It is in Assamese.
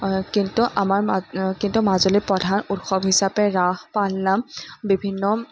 কিন্তু আমাৰ মা কিন্তু মাজুলীৰ প্ৰধান উৎসৱ হিচাপে ৰাস পাল নাম বিভিন্ন